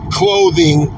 clothing